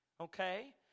Okay